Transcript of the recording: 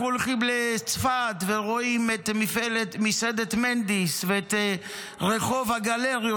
אנחנו הולכים לצפת ורואים את מסעדת מנדיס ואת רחוב הגלריות,